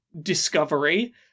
Discovery